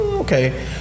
Okay